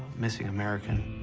missing american.